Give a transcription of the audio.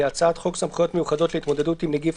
הצעת חוק סמכויות מיוחדות להתמודדות עם נגיף